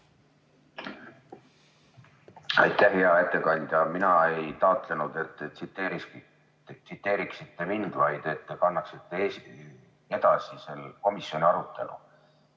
Aitäh! Hea ettekandja! Mina ei taotlenud, et te tsiteeriksite mind, vaid et te annaksite edasi komisjoni arutelu.